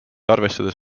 arvestades